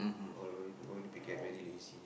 be get very lazy